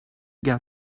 get